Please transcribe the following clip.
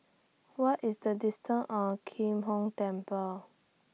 What IS The distance Or Kim Hong Temple